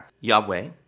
Yahweh